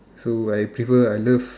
so I prefer I love